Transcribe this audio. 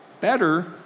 Better